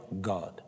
God